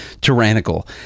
tyrannical